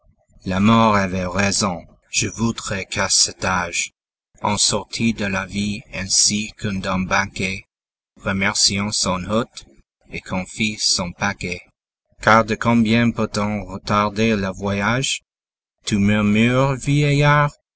la mort avait raison je voudrais qu'à cet âge on sortît de la vie ainsi que d'un banquet remerciant son hôte et qu'on fît son paquet car de combien peut-on retarder le voyage tu murmures vieillard